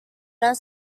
orang